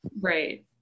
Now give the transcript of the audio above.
Right